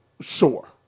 Sure